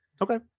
okay